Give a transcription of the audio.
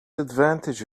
advantage